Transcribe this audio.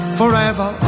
forever